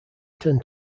ten